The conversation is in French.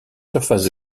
surfaces